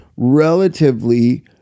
relatively